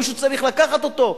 מישהו צריך לקחת אותו,